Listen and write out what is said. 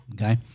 Okay